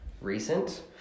recent